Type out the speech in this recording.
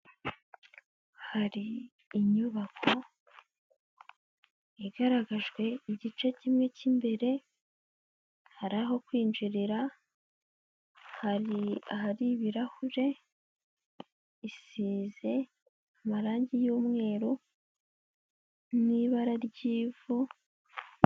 Hari inyubako igaragajwe igice kimwe cy'imbere, hari aho kwinjirira, hari ahari ibirahure, isize amarangi y'umweru n'ibara ry'ivu.